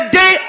day